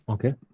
Okay